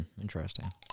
Interesting